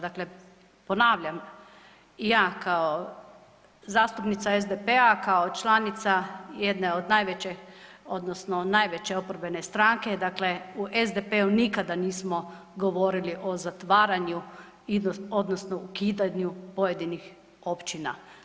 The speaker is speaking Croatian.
Dakle, ponavljam ja kao zastupnica SDP-a, kao članica jedne od najveće odnosno najveće oporbene stranke, dakle u SDP-u nikada nismo govorili o zatvaranju odnosno ukidanju pojedinih općina.